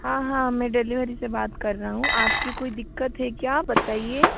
हाँ हाँ मैं डेलिवरी से बात कर रहा हूँ आपकी कोई दिक्कत है क्या बताइए